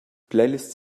playlists